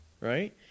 right